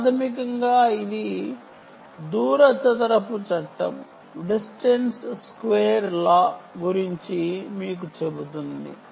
ప్రాథమికంగా ఇది distance square law గురించి మీకు చెబుతోంది